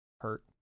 hurt